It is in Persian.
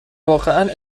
واقعا